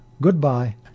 Goodbye